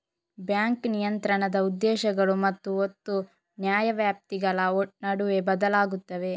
bank ನಿಯಂತ್ರಣದ ಉದ್ದೇಶಗಳು ಮತ್ತು ಒತ್ತು ನ್ಯಾಯವ್ಯಾಪ್ತಿಗಳ ನಡುವೆ ಬದಲಾಗುತ್ತವೆ